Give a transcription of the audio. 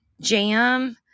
jam